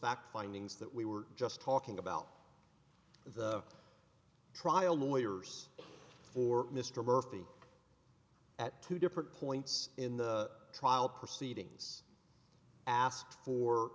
fact findings that we were just talking about the trial lawyers for mr murphy at two different points in the trial proceedings asked for